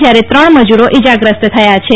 જ્યારે ત્રણ મજૂર ઇજાગ્રસ્ત થયા છે